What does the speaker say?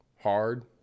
hard